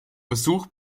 besuch